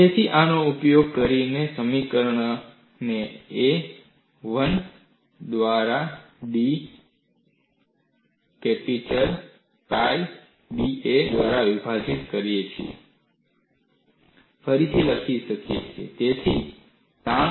તેથી આનો ઉપયોગ કરીને સમીકરણને 1 દ્વારા B D કેપિટલ pi ને d a દ્વારા વિભાજીત કરીને ફરીથી લખી શકાય છે